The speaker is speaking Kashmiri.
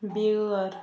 بیٲر